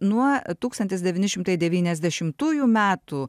nuo tūkstantis devyni šimtai devyniasdešimtųjų metų